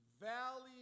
valley